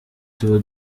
tuba